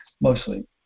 mostly